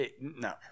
No